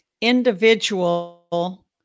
individual